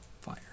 fire